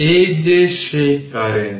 এই যে সেই কারেন্ট